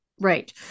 right